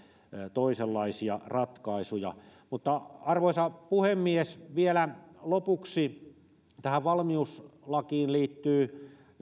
toisenlaisia ratkaisuja arvoisa puhemies vielä lopuksi tähän valmiuslakiin liittyvät